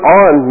on